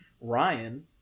Ryan